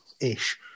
ish